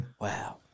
Wow